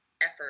effort